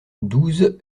douze